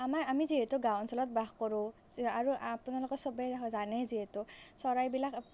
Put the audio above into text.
আমাৰ আমি যিহেতু গাঁও অঞ্চলত বাস কৰোঁ আৰু আপোনালোকে সবেই জানেই যিহেতু চৰাইবিলাক